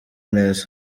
neza